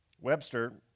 Webster